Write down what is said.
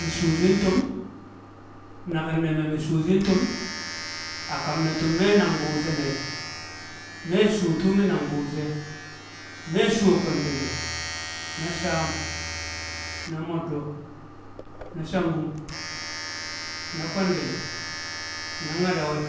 mi̱ sho̱ shi̱n tum nakin neme mi shuwo shi̱n tum a kam ne̱ tum me̱ nang bu̱u̱r she̱ nai me̱ shuwo tu mi nan buur she, me shuwo̱ kwendele̱ na sham na mo̱ddo̱ na shangu̱m na kwendele na nyadawe̱